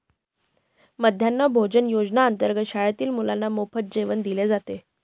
मध्यान्ह भोजन योजनेअंतर्गत शाळेतील मुलांना मोफत जेवण दिले जाते